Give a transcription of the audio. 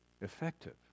effective